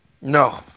No